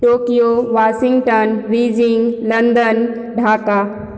Tokyo Washington Beijing London Dhaka